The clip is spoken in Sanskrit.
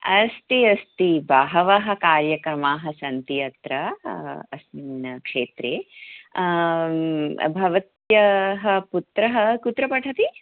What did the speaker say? अस्ति अस्ति बहवः कार्यक्रमाः सन्ति अत्र अस्मिन् क्षेत्रे भवत्याः पुत्रः कुत्र पठति